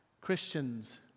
Christians